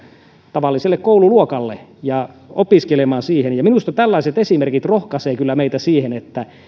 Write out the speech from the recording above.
tavalliselle koululuokalle ja opiskelemaan minusta tällaiset esimerkit rohkaisevat kyllä meitä siihen että